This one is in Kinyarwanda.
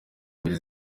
mbere